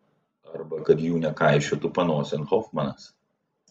arba kad jų nekaišiotų panosėn hofmanas